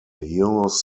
heroes